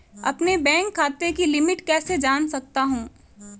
अपने बैंक खाते की लिमिट कैसे जान सकता हूं?